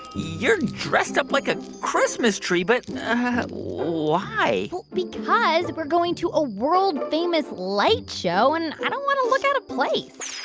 you're dressed up like a christmas tree. but why? well, because we're going to a world-famous light show, and i don't want to look out of place.